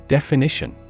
Definition